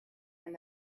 and